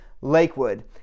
Lakewood